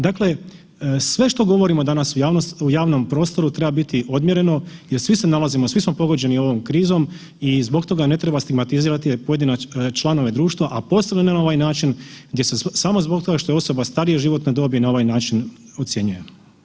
Dakle, sve što govorimo danas u javnom prostoru treba biti odmjereno jer svi smo pogođeni ovom krizom i zbog toga ne treba stigmatizirati pojedine članove društva, a posebno ne na ovaj način samo zbog toga što je osoba starije životne dobi na ovaj način ocjenjuje.